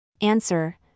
Answer